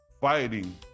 fighting